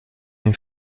این